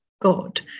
God